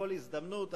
בכל הזדמנות,